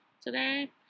today